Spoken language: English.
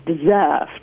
deserved